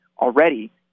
already